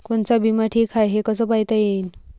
कोनचा बिमा ठीक हाय, हे कस पायता येईन?